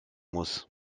muss